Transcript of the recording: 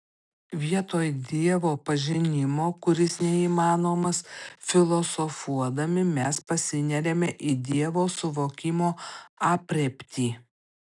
vietoj dievo pažinimo kuris neįmanomas filosofuodami mes pasineriame į dievo suvokimo aprėptį